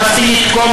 מספיק.